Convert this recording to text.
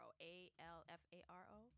A-L-F-A-R-O